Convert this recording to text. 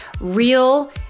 real